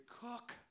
cook